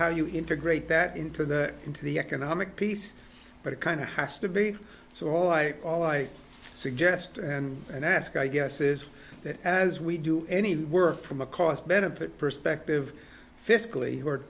how you integrate that into the into the economic piece but it kind of has to be so all i all i suggest and ask i guess is that as we do any work from a cost benefit perspective fiscally